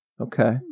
Okay